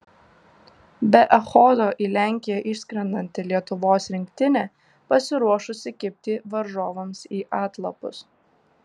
be echodo į lenkiją išskrendanti lietuvos rinktinė pasiruošusi kibti varžovams į atlapus